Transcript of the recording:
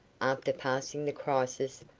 after passing the crisis,